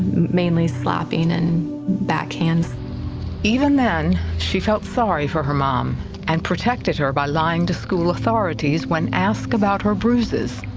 mainly slapping and backhand. reporter even then, she felt sorry for her mom and protected her by lying to school authorities when asked about her bruises.